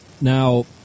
Now